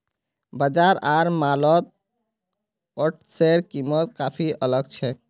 बाजार आर मॉलत ओट्सेर कीमत काफी अलग छेक